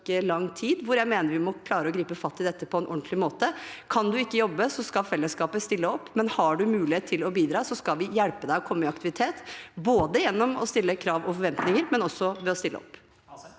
lang tid, hvor jeg mener vi må klare å gripe fatt i dette på en ordentlig måte. Kan de ikke jobbe, skal fellesskapet stille opp, men har de mulighet til å bidra, skal vi hjelpe dem å komme i aktivitet, både gjennom å stille krav og ha forventninger og ved å stille opp.